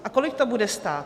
A kolik to bude stát?